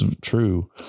true